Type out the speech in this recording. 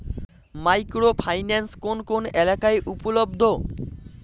Micro finance কোন কোন এলাকায় উপলব্ধ?